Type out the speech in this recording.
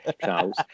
Charles